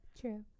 True